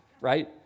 right